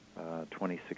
2016